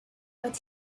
but